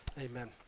amen